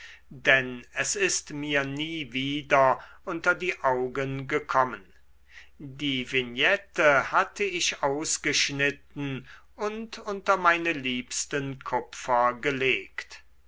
denn es ist mir nie wieder unter die augen gekommen die vignette hatte ich ausgeschnitten und unter meine liebsten kupfer gelegt